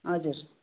हजुर